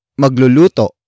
Magluluto